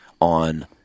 on